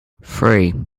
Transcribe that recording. three